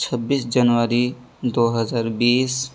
چھبیس جنوری دو ہزار بیس